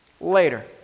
later